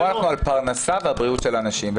פה הכול על פרנסה ועל הבריאות של אנשים.